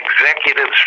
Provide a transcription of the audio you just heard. Executives